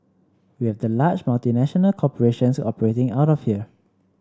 we have the large multinational corporations operating out of here